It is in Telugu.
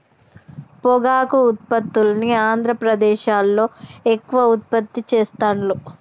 పొగాకు ఉత్పత్తుల్ని ఆంద్రప్రదేశ్లో ఎక్కువ ఉత్పత్తి చెస్తాండ్లు